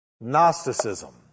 Gnosticism